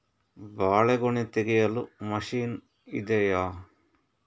ಬಾಳೆಗೊನೆ ತೆಗೆಯಲು ಮಷೀನ್ ಇದೆಯಾ?